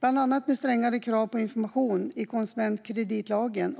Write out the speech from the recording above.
Det har införts strängare krav på information i konsumentkreditlagen.